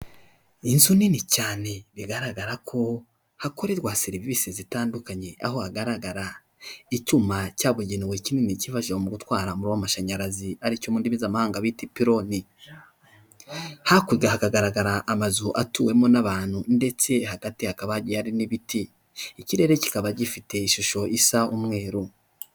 Inzu nini cyane, bigaragara ko hakorerwa serivisi zitandukanye, aho hagaragara icyuma cyabugenewekifashishwa mu gutwara w'amashanyarazi, ari cyo mundimi z'amahanga biti ipironi. Hakurya hagaragara amazu atuwemo n'abantu ndetse hagati hakaba hari n'ibiti ikirere kikaba gifite ishusho isa umweru.